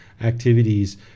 activities